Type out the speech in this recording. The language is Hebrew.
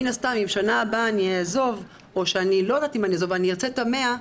אם אני אעזוב בשנה הבאה או שאני ארצה את ה-100,